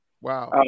Wow